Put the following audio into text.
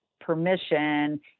permission